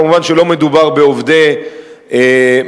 כמובן שלא מדובר בעובדי מדינה,